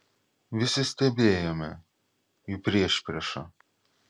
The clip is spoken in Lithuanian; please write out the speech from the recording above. visi stebėjome jų priešpriešą